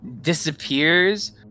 disappears